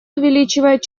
увеличивает